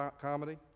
comedy